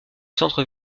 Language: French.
centre